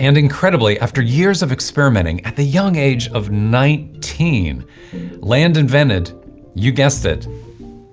and incredibly, after years of experimenting, at the young age of nineteen, land invented you guessed it